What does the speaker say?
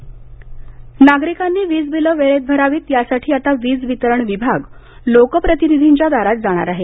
वीजबिल नागरिकांनी विज बिलं वेळेवर भरावीत यासाठी आता विज वितरण विभाग लोकप्रतिनिधींच्या दारात जाणार आहे